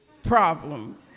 Problem